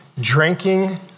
drinking